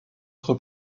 être